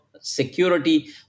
security